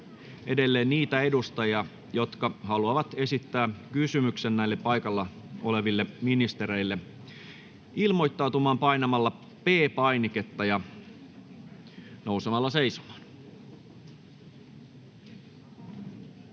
Edelleen pyydän niitä edustajia, jotka haluavat esittää kysymyksen näille paikalla oleville ministereille, ilmoittautumaan painamalla P-painiketta ja nousemalla seisomaan.